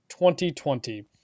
2020